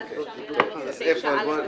ואז אפשר יהיה להעלות להצבעה את 9(א) ו-(ב).